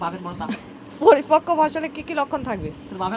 পরিপক্ক ফসলের কি কি লক্ষণ থাকবে?